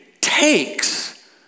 takes